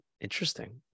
Interesting